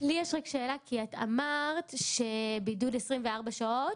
לי יש רק שאלה כי את אמרת שבידוד 24 שעות